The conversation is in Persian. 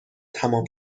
تمام